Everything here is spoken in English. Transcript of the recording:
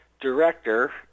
director